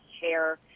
chair